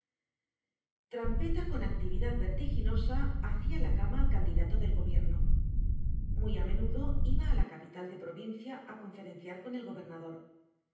trampeta con actividad vertiginosa hacía la cama al candidato del gobierno muy a menudo iba a la capital de provincia a conferenciar con el gobernador en